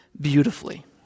beautifully